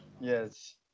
Yes